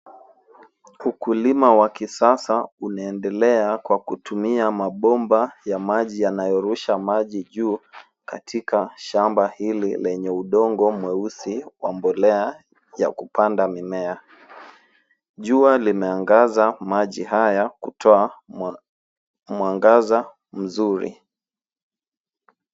Ukulima wa kisasa unaendelea kwa kutumia mabomba ya maji yanayorusha maji juu katika shamba hili lenye udongo mweusi wa mbolea ya kupanda mimea. Jua limeangaza maji haya kutoa mwangaza mzuri.